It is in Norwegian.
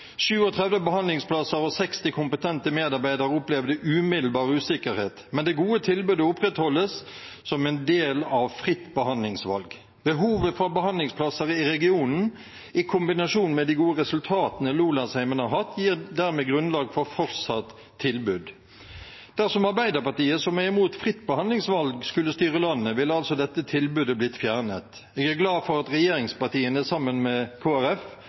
37 behandlingsplasser og 60 kompetente medarbeidere opplevde umiddelbar usikkerhet, men det gode tilbudet opprettholdes som en del av fritt behandlingsvalg. Behovet for behandlingsplasser i regionen i kombinasjon med de gode resultatene Lolandsheimen har hatt, gir dermed grunnlag for fortsatt tilbud. Dersom Arbeiderpartiet, som er imot fritt behandlingsvalg, skulle styre landet, ville altså dette tilbudet blitt fjernet. Jeg er glad for at regjeringspartiene, sammen med